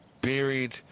buried